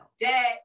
Dad